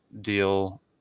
deal